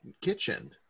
kitchen